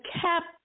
kept